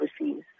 overseas